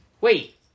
Wait